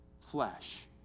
flesh